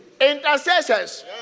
Intercessors